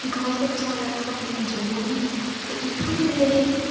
गल्ल करचै अगर अस अपने जम्मू दी ते इत्थूं द जेह्ड़ी